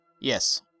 Yes